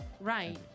Right